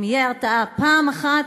אם תהיה הרתעה פעם אחת,